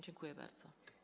Dziękuję bardzo.